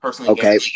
Okay